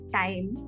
time